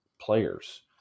players